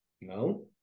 No